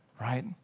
right